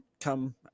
come